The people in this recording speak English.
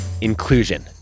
inclusion